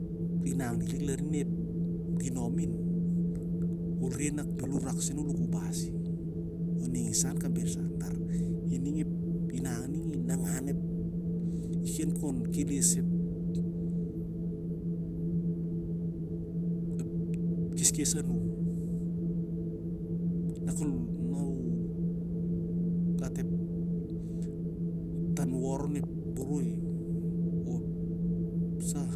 Larna nep ginomin, ol reh nak bhel unap sen ol liu kabasi ma u aning sa an kamrisan. Lar ining ep inang ning, inangan isen kon keles ep, ep keskes anum. Nakol na u gat ep tan wor onep boroi, o ep sah